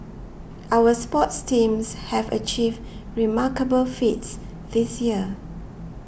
our sports teams have achieved remarkable feats this year